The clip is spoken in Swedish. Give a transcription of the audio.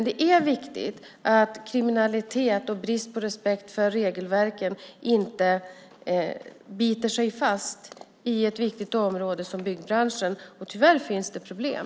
Det är viktigt att kriminalitet och brist på respekt för regelverken inte biter sig fast på ett viktigt område som byggbranschen, och tyvärr finns det problem.